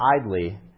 idly